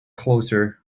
closer